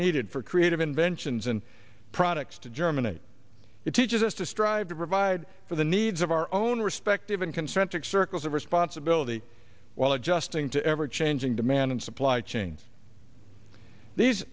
needed for creative inventions and products to germinate it teaches us to strive to provide for the needs of our own respective in concentric circles of responsibility while adjusting to ever changing demand and supply chains these